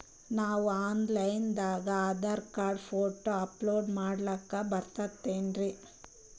ನಾವು online ದಾಗ Aadhaar card, photo upload ಮಾಡ್ಲಕ ಬರ್ತದೇನ್ರಿ?